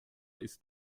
ist